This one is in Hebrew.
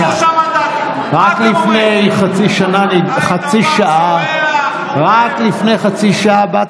תאר לך עכשיו שבן גביר ראש ממשלה עם שלושה מנדטים.